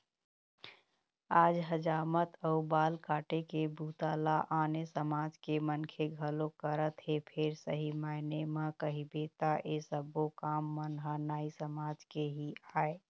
आज हजामत अउ बाल काटे के बूता ल आने समाज के मनखे घलोक करत हे फेर सही मायने म कहिबे त ऐ सब्बो काम मन ह नाई समाज के ही आय